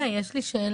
יוליה, יש לי שאלה.